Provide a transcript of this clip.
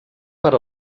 per